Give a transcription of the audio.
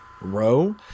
row